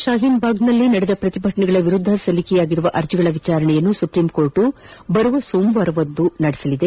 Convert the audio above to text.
ಶಹೀನ್ ಭಾಗ್ ನಲ್ಲಿ ನಡೆದ ಪ್ರತಿಭಟನೆಗಳ ವಿರುದ್ದ ಸಲ್ಲಿಸಲಾಗಿರುವ ಅರ್ಜಿಗಳ ವಿಚಾರಣೆಯನ್ನು ಸುಪ್ರೀಂಕೋರ್ಟ್ ಬರುವ ಸೋಮವಾರ ನಡೆಸಲಿದೆ